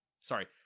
Sorry